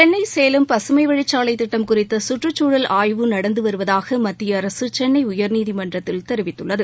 சென்னை சேலம் பசுமைவழிச்சாலை திட்டம் குறித்த கற்றுச்சூழல் ஆய்வு நடந்து வருவதாக மத்திய அரசு சென்னை உயர்நீதிமன்றத்தில் தெரிவித்துள்ளது